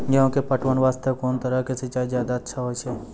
गेहूँ के पटवन वास्ते कोंन तरह के सिंचाई ज्यादा अच्छा होय छै?